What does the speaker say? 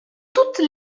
toutes